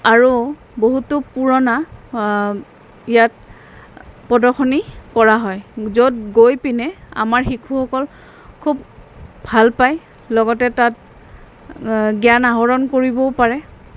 আৰু বহুতো পুৰণা ইয়াত প্ৰদৰ্শনী কৰা হয় য'ত গৈ পিনে আমাৰ শিশুসকল খুব ভাল পায় লগতে তাত জ্ঞান আহৰণ কৰিবও পাৰে